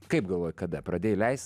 kaip galvoji kada pradėjai leis